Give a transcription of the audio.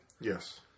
Yes